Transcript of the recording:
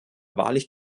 wahrlich